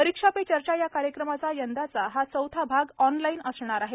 परीक्षा पे चर्चा या कार्यक्रमाचा यंदाचा हा चौथा भाग ऑनलाईन असणार आहे